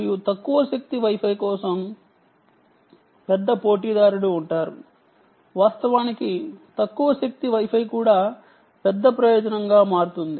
మరియు Wi Fi తక్కువ శక్తి Wi Fi కూడా కొద్దీ దూరం పరిధి వరకు చాలా ప్రయోజనంగా మారుతుంది